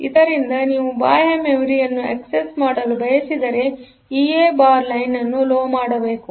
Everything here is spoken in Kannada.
ಆದ್ದರಿಂದ ನೀವು ಬಾಹ್ಯ ಮೆಮೊರಿಯನ್ನು ಆಕ್ಸೆಸ್ ಮಾಡಲು ಬಯಸಿದರೆ ಇಎ ಬಾರ್ ಲೈನ್ ಅನ್ನು ಲೊ ಮಾಡಬೇಕು